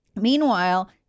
Meanwhile